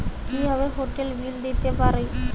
কিভাবে হোটেলের বিল দিতে পারি?